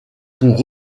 pour